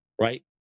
Right